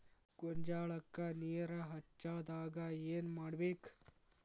ಗೊಂಜಾಳಕ್ಕ ನೇರ ಹೆಚ್ಚಾದಾಗ ಏನ್ ಮಾಡಬೇಕ್?